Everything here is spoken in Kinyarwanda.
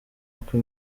uko